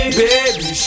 baby